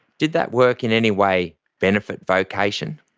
did that work in any way benefit vocation?